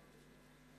בלוף.